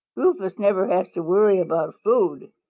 rufous never has to worry about food.